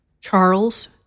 Charles